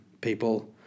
people